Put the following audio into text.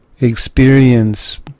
experience